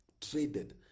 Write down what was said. traded